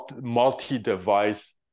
multi-device